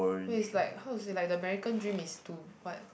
which is like how is it like the America dream is to what